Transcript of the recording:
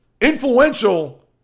Influential